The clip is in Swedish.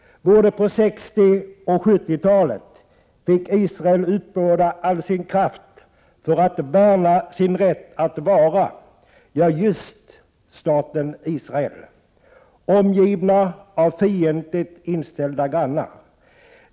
Både på 1960 och 1970-talet fick Israel uppbåda all sin kraft för att värna sin rätt att vara just staten Israel, omgivet av fientligt inställda grannar.